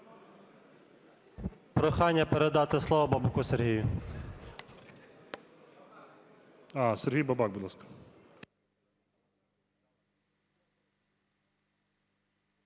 Прохання передати слово Бабаку Сергію. ГОЛОВУЮЧИЙ. Сергій Бабак, будь ласка.